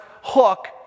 hook